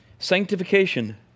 Sanctification